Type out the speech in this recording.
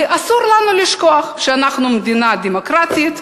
אסור לנו לשכוח שאנחנו מדינה דמוקרטית,